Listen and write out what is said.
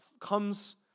comes